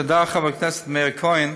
תודה, חבר הכנסת מאיר כהן,